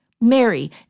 Mary